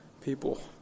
people